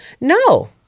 No